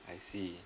I see